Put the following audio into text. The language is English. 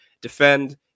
defend